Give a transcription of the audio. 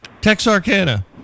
Texarkana